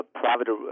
private